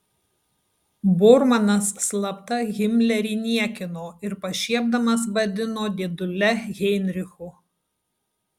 bormanas slapta himlerį niekino ir pašiepdamas vadino dėdule heinrichu